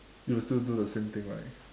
you will still do the same thing right